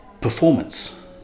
performance